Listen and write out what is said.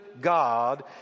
God